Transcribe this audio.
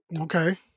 Okay